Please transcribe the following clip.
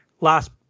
Last